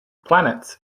planets